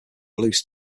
loose